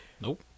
Nope